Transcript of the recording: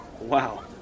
Wow